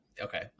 Okay